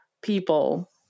people